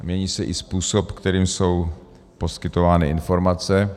Mění se i způsob, kterým jsou poskytovány informace.